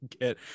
get